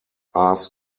ars